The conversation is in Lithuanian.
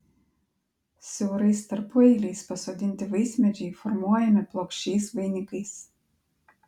siaurais tarpueiliais pasodinti vaismedžiai formuojami plokščiais vainikais